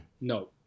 No